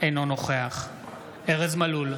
אינו נוכח ארז מלול,